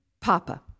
Papa